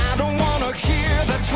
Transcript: don't wanna hear that